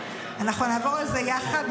אנחנו נעבור על זה יחד,